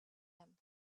him